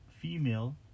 female